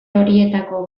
horietako